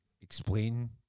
explain